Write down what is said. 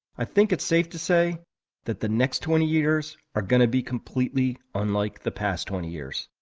i think it's safe to say that the next twenty years are going to be completely unlike the past twenty years.